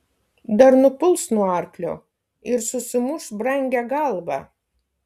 dar nupuls nuo arklio ir susimuš brangią galvą